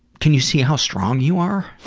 can you see how strong you are?